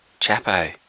Chapo